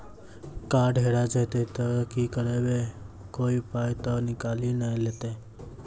Card हेरा जइतै तऽ की करवै, कोय पाय तऽ निकालि नै लेतै?